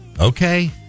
Okay